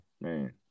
man